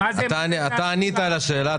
ענית על השאלה.